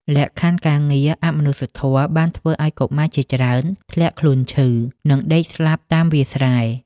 លក្ខខណ្ឌការងារអមនុស្សធម៌បានធ្វើឱ្យកុមារជាច្រើនធ្លាក់ខ្លួនឈឺ និងដេកស្លាប់តាមវាលស្រែ។